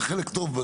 שזה חלק טוב.